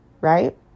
Right